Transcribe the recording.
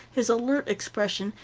his alert expression,